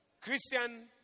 Christian